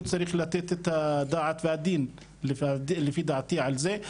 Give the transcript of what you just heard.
צריך לתת את הדעת והדין לפי דעתי על זה.